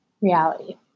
reality